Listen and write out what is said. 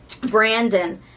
Brandon